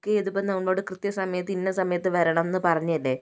book ചെയ്തപ്പോൾ നമ്മളോട് കൃത്യസമയത്ത് ഇന്ന സമയത്ത് വരണമെന്ന് പറഞ്ഞതല്ലേ